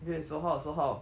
!hey! so how so how